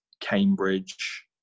Cambridge